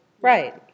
Right